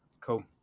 cool